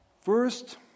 first